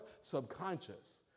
subconscious